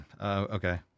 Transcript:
okay